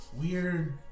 weird